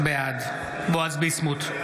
בעד בועז ביסמוט,